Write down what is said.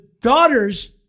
daughters